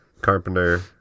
Carpenter